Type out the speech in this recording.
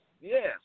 yes